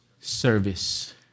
service